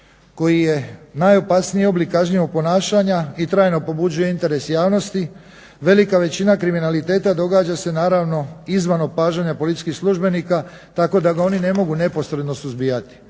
koji je najopasniji oblik kažnjivog ponašanja i trajno pobuđuje interes javnosti velika većina kriminaliteta događa se naravno izvan opažanja policijskih službenika tako da ga oni ne mogu neposredno suzbijati.